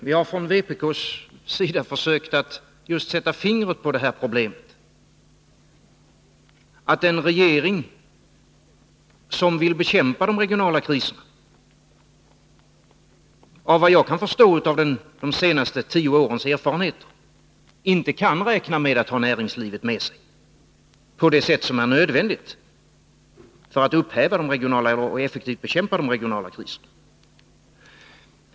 Vi har från vpk:s sida försökt att sätta fingret på det här problemet: att en regering som vill bekämpa de regionala kriserna inte kan — såvitt jag kan förstå av de senaste tio årens erfarenheter — räkna med att ha näringslivet med sig på det sätt som är nödvändigt för att man effektivt skall kunna bekämpa de regionala kriserna.